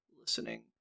listening